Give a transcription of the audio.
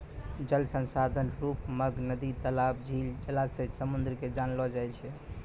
जल संसाधन रुप मग नदी, तलाब, झील, जलासय, समुन्द के जानलो जाय छै